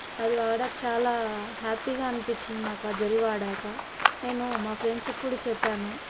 అది వాడాక చాలా హ్యాపీగా అనిపిచ్చింది నాకు ఆ జెల్ వాడాక నేను మా ఫ్రెండ్స్కు కూడా చెప్పాను